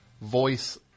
voice